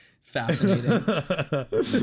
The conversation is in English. Fascinating